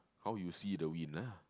how you see the wind lah